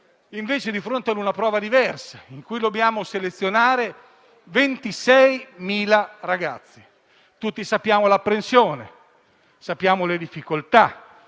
invece di fronte a una prova diversa, in cui dobbiamo selezionare 26.000 ragazzi. Tutti conosciamo l'apprensione, le difficoltà;